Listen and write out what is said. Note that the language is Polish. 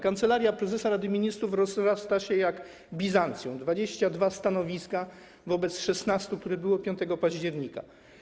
Kancelaria Prezesa Rady Ministrów rozrasta się jak Bizancjum - 22 stanowiska wobec 16, które były 5 października.